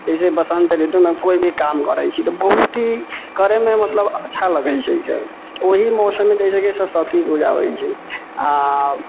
जइसे बसन्त ऋतुमे कोइ भी काम करै छी तऽ बहुत हि करैमे मतलब अच्छा लगै छिके ओहि मौसममे जेछै कि सरस्वती पूजा होइ छै आ